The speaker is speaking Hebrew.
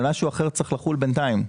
אבל משהו אחר צריך לחול בינתיים,